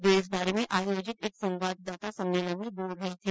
वे इस बारे में आयोजित एक संवाददाता सम्मेलन में बोल रहे थे